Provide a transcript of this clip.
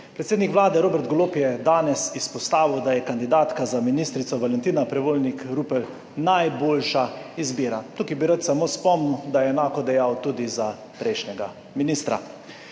Predsednik Vlade Robert Golob je danes izpostavil, da je kandidatka za ministrico Valentina Prevolnik Rupel najboljša izbira. Tukaj bi rad samo spomnil, da je enako dejal tudi za prejšnjega ministra.